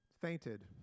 fainted